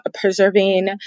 preserving